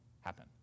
happen